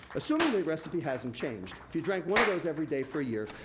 assuming the recipe hasn't changed, if you drank one of those every day for a year,